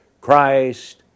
Christ